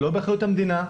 לא באחריות המדינה,